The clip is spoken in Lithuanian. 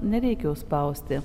nereikia užspausti